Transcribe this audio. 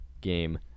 game